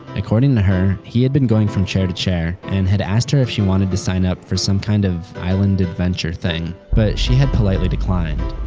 according to her, he had been going from chair to chair and had asked her if she wanted to sign up for some kind of island adventure thing, but she had politely declined.